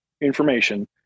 information